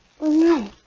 No